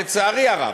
לצערי הרב,